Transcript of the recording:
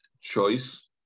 choice